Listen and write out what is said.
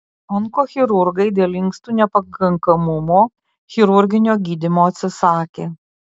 onkochirurgai dėl inkstų nepakankamumo chirurginio gydymo atsisakė